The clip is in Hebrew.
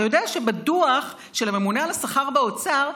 אתה יודע שבדוח של הממונה על השכר באוצר,